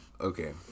okay